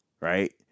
Right